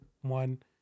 one